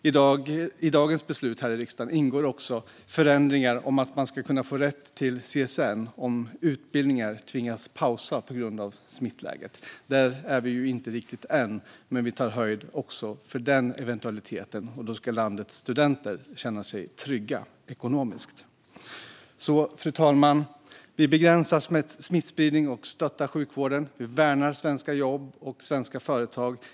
I dagens beslut här i riksdagen ingår även förändringar om att kunna få rätt till CSN-stöd om utbildningar tvingas pausa på grund av smittläget. Där är vi inte riktigt än, men vi tar höjd för den eventualiteten. Landets studenter ska därigenom kunna känna sig ekonomiskt trygga. Fru talman! Vi begränsar smittspridning och stöttar sjukvården. Vi värnar svenska jobb och företag.